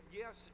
yes